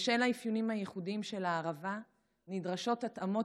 בשל המאפיינים הייחודיים של הערבה נדרשות התאמות